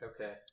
Okay